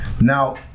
Now